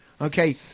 Okay